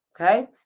Okay